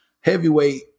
heavyweight